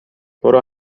برو